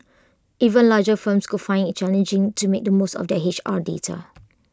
even larger firms could find IT challenging to make the most of their H R data